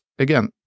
Again